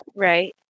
Right